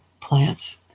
plants